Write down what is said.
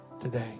today